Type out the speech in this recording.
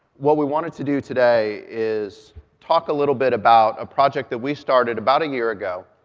what we wanted to do today is talk a little bit about a project that we started about a year ago